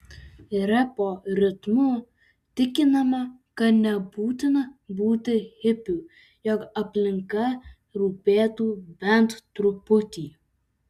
repo ritmu tikinama kad nebūtina būti hipiu jog aplinka rūpėtų bent truputį